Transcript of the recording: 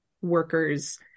workers